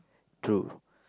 true